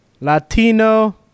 Latino